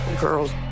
girls